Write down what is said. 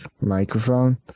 microphone